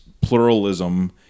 pluralism